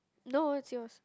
no that's yours